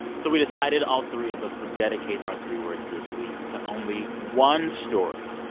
so we decided all three of us would dedicate our three words this week to only one story.